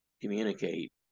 communicate